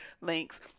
links